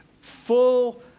full